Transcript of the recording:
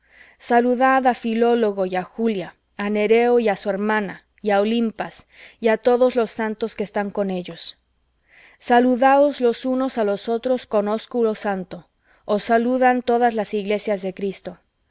á filólogo y á julia á nereo y á su hermana y á olimpas y á todos los santos que están con ellos saludaos los unos á los otros con ósculo santo os saludan todas las iglesias de cristo